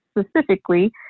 specifically